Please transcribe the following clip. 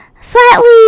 slightly